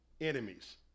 enemies